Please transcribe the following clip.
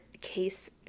case